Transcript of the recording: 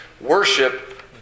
Worship